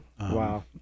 Wow